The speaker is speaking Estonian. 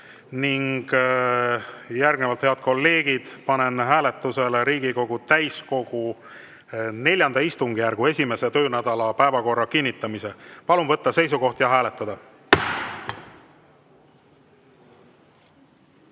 Ning järgnevalt, head kolleegid, panen hääletusele Riigikogu täiskogu IV istungjärgu 1. töönädala päevakorra kinnitamise. Palun võtta seisukoht ja hääletada!